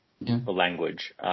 language